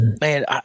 Man